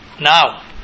now